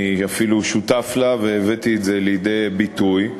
אני אפילו שותף לה, והבאתי את זה לידי ביטוי,